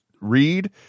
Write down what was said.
read